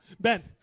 Ben